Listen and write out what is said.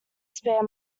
spare